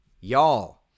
Y'all